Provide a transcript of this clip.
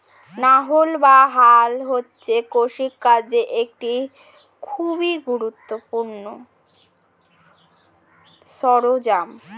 লাঙ্গল বা হাল হচ্ছে কৃষিকার্যের একটি খুবই গুরুত্বপূর্ণ সরঞ্জাম